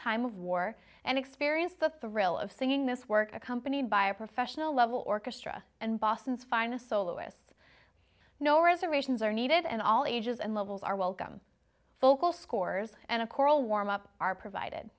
time of war and experience the thrill of singing this work accompanied by a professional level orchestra and boston's finest soloists no reservations are needed and all ages and levels are welcome focal scores and a choral warm up are provided